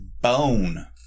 bone